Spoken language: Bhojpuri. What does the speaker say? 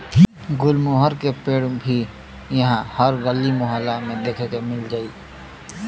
गुलमोहर के पेड़ भी इहा हर गली मोहल्ला में देखे के मिल जाई